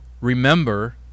remember